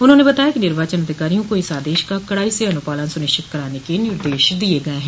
उन्होंने बताया कि निर्वाचन अधिकारियों को इस आदेश का कड़ाई से अनुपालन सुनिश्चित कराने के निर्देश दिये गये हैं